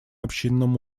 общинном